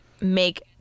make